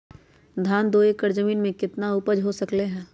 धान दो एकर जमीन में कितना उपज हो सकलेय ह?